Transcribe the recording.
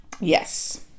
Yes